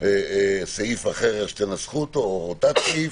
סעיף אחר, שתנסחו אותו, או תת-סעיף,